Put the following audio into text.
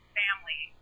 family